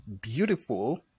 beautiful